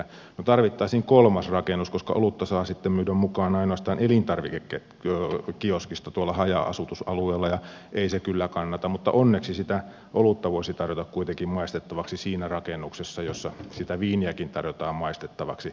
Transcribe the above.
no tarvittaisiin kolmas rakennus koska olutta saa sitten myydä mukaan ainoastaan elintarvikekioskista tuolla haja asutusalueella ja ei se kyllä kannata mutta onneksi sitä olutta voisi tarjota kuitenkin maistettavaksi siinä rakennuksessa jossa sitä viiniäkin tarjotaan maistettavaksi